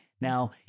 Now